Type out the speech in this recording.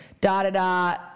da-da-da